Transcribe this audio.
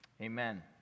Amen